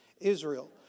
Israel